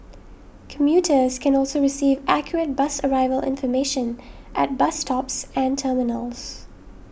commuters can also receive accurate bus arrival information at bus stops and terminals